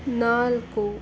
ನಾಲ್ಕು